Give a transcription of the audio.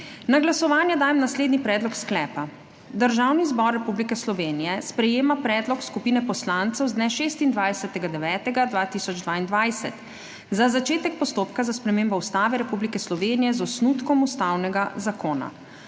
Na glasovanje dajem naslednji predlog sklepa: Državni zbor Republike Slovenije sprejema predlog skupine poslancev z dne 26. 9. 2022 za začetek postopka za spremembo Ustave Republike Slovenije z osnutkom ustavnega zakona.